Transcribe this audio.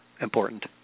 important